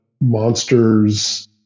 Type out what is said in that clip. monsters